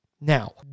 Now